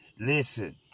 listen